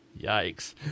Yikes